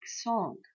song